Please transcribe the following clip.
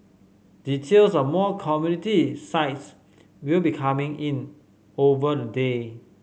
details of more community sites will be coming in over the day